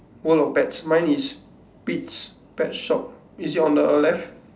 world of pets mine is pete's pet shop is it on the left